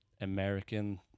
American